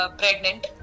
pregnant